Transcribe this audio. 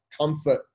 comfort